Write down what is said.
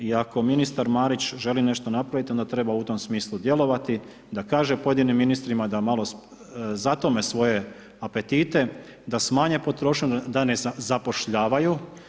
I ako ministar Marić želi nešto napraviti onda treba u tom smislu djelovati da kaže pojedinim ministrima da malo zatome svoje apetite, da smanje potrošnju, da ne zapošljavaju.